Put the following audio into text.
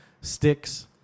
sticks